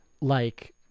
like-